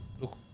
Look